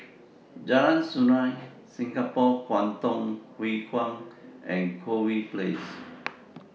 Jalan Sungei Singapore Kwangtung Hui Kuan and Corfe Place